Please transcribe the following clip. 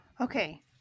Okay